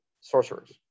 sorcerers